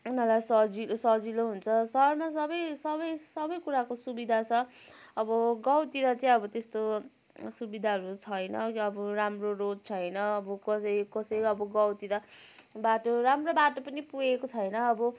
उनीहरूलाई सजिलो सजिलो हुन्छ सहरमा सबै सबै सबै कुराको सुविधा छ अब गाउँतिर चाहिँ अब त्यस्तो सुविधाहरू छैन अब राम्रो रोड छैन अब कसै कसै अब गाउँतिर बाटो राम्रो बाटो पनि पुगेको छैन अब